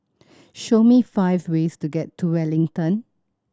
show me five ways to get to Wellington